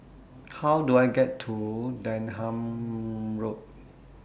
How Do I get to Denham Road